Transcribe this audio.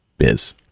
biz